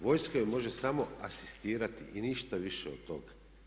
Vojska joj može samo asistirati i ništa više od toga.